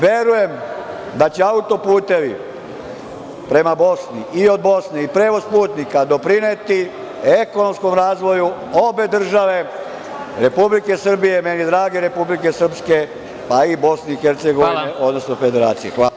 Verujem da će auto-putevi prema Bosni i od Bosne, i prevoz putnika, doprineti ekonomskom razvoju obe države, Republike Srbije i meni drage Republike Srpske, pa i Bosne i Hercegovine, odnosno Federacije.